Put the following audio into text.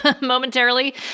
momentarily